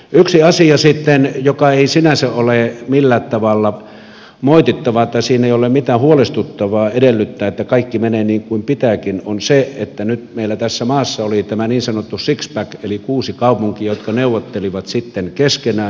yksi asia joka ei sinänsä ole millään tavalla moitittava tai siinä ei ole mitään huolestuttavaa edellyttäen että kaikki menee niin kuin pitääkin on se että nyt meillä tässä maassa oli tämä niin sanottu sixpack eli kuusi kaupunkia jotka neuvottelivat keskenään